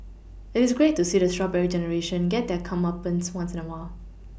it is great to see the Strawberry generation get their comeuppance once in a while